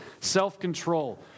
self-control